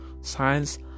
science